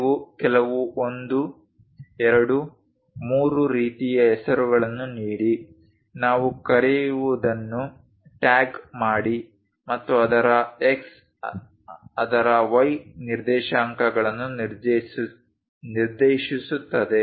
ನೀವು ಕೇವಲ 1 2 3 ರೀತಿಯ ಹೆಸರುಗಳನ್ನು ನೀಡಿ ನಾವು ಕರೆಯುವದನ್ನು ಟ್ಯಾಗ್ ಮಾಡಿ ಮತ್ತು ಅದರ X ಅದರ Y ನಿರ್ದೇಶಾಂಕಗಳನ್ನು ನಿರ್ದೇಶಿಸುತ್ತದೆ